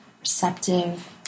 receptive